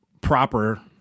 proper